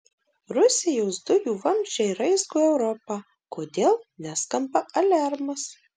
rusijos dujų vamzdžiai raizgo europą kodėl neskamba aliarmas